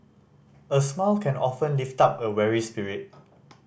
a smile can often lift up a weary spirit